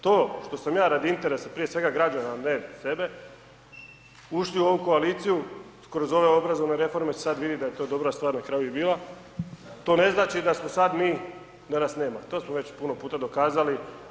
To što sam ja radi interesa prija svega građana, a ne sebe, ušli u ovu koaliciji kroz ove obrazovne reforme sada se vidi da je to dobra stvar na kraju i bila, to ne znači da sad mi da nas nema, to smo već puno puta dokazali.